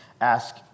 Ask